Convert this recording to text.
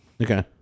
Okay